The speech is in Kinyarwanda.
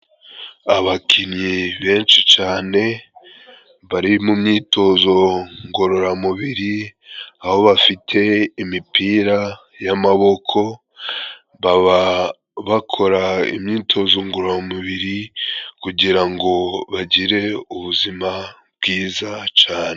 Abakinnyi benshi cane，bari mu myitozo ngororamubiri，aho bafite imipira y'amaboko，baba bakora imyitozo ngororamubiri kugira ngo bagire ubuzima bwiza cane.